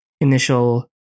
initial